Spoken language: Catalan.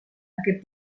aquest